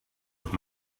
with